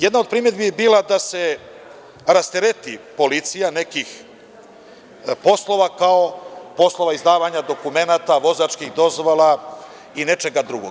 Jedna od primedbi je bila da se rastereti policija nekih poslova, kao što su poslovi izdavanja dokumenata, vozačkih dozvola i nečega drugog.